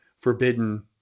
Forbidden